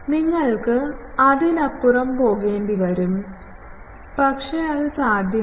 നിങ്ങൾ അതിനപ്പുറം പോകേണ്ടിവരും പക്ഷേ അത് സാധ്യമല്ല